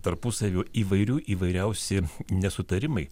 tarpusavio įvairių įvairiausi nesutarimai